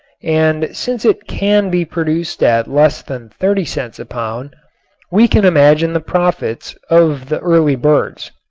and since it can be produced at less than thirty cents a pound we can imagine the profits of the early birds.